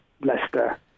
Leicester